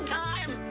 time